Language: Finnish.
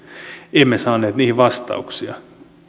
emme saaneet niihin vastauksia